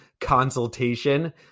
consultation